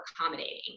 accommodating